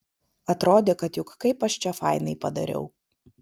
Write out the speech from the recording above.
atrodė kad juk kaip aš čia fainai padariau